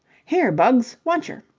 here, bugs wantcher.